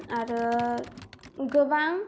आरो गोबां